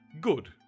good